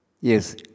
yes